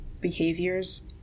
behaviors